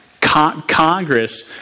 Congress